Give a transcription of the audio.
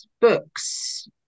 books